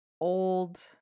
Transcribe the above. old